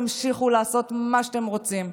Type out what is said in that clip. תמשיכו לעשות מה שאתם רוצים.